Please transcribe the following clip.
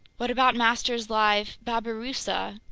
what about master's live babirusa?